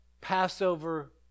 Passover